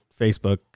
Facebook